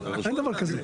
אין דבר כזה.